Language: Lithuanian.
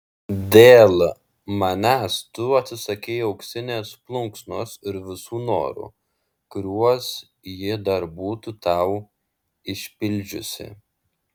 dėl manęs tu atsisakei auksinės plunksnos ir visų norų kuriuos ji dar būtų tau išpildžiusi